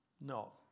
no